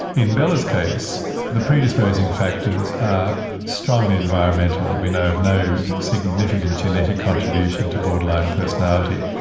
in bella's case the predisposing factors are strongly environmental. we know of no significant genetic contribution to borderline personality.